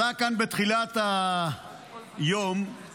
עלה כאן בתחילת היום חבר הכנסת עופר כסיף